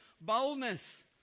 boldness